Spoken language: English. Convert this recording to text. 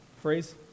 phrase